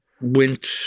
went